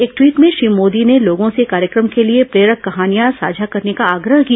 एक द्वीट भें श्री मोदी ने लोगों से कार्यक्रम के लिए प्रेरक कहानियां साझा करने का आग्रह किया